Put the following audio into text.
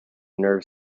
nerve